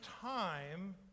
time